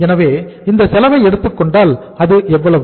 எனவே இந்த செலவை எடுத்துக்கொண்டால் அது எவ்வளவு